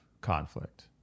conflict